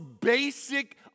basic